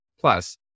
plus